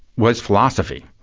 was philosophy.